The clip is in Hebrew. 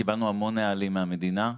קיבלנו המון נהלים מהמדינה,